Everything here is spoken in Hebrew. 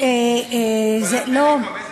איזה סקטור?